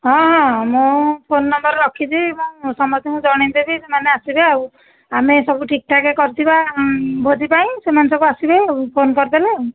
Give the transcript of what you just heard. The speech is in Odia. ହଁ ହଁ ମୁଁ ଫୋନ୍ ନମ୍ବର୍ ରଖିଛି ମୁଁ ସମସ୍ତଙ୍କୁ ଜଣେଇଦେବି ସେମାନେ ଆସିବେ ଆଉ ଆମେ ସବୁ ଠିକ୍ ଠାକ୍ କରିଥିବା ଭୋଜି ପାଇଁ ସେମାନେ ସବୁ ଆସିବେ ଆଉ ଫୋନ୍ କରିଦେଲେ ଆଉ